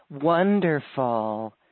Wonderful